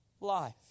life